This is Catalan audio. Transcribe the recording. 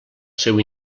seu